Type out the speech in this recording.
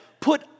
put